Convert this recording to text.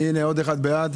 מי נגד?